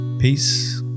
Peace